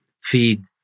feed